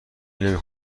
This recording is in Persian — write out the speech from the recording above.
نمی